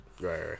Right